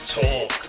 Talk